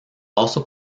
also